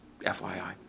FYI